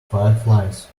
fireflies